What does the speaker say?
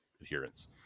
adherence